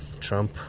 Trump